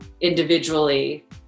individually